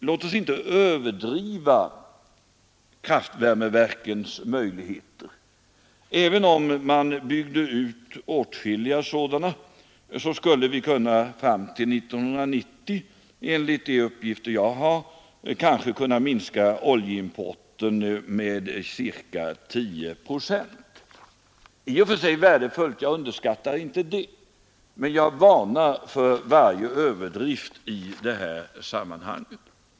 Låt oss inte överdriva kraftvärmeverkens möjligheter. Även om man byggde ut åtskilliga sådana skulle vi fram till 1990, enligt de uppgifter jag har, kanske kunna minska oljeimporten med ca 10 procent. Det är i och för sig värdefullt — jag underskattar inte det — men jag varnar för varje överdrift i detta sammanhang.